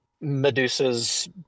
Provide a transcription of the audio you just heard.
Medusa's